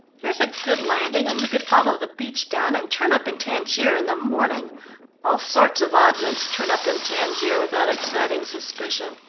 there's a good landing, and we could follow the beach down, and turn up in tangier in the morning all sorts of oddments turn up in tangier without exciting suspicion.